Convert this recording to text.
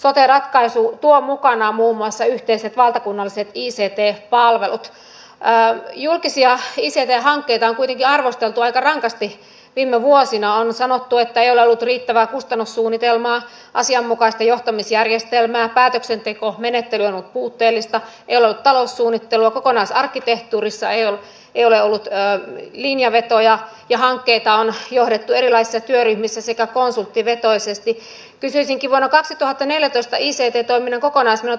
se on tietenkin aina hyvä asia mutta sitten pitää muistaa se kääntöpuoli että se valitettavasti tarkoittaa vähän sitä että yhä vähenevässä määrin uusia hankkeita laitetaan liikkeelle niitä vähennetään mikä ei tietenkään tällaisessa investointilamassa missä suomi on kun myös tarvitsisimme niitä julkisia panostuksia eri hankkeiden muodossa ole koskaan hyvä asia